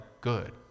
good